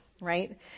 right